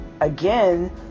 again